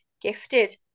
gifted